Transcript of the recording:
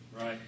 Right